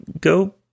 go